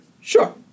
Sure